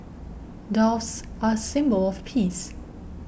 Doves are symbol of peace